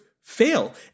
fail